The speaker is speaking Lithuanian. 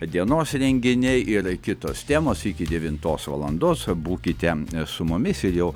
dienos renginiai ir kitos temos iki devintos valandos būkite su mumis ir jau